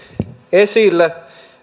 esille